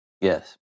Yes